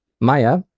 Maya